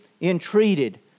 entreated